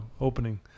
opening